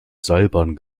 seilbahn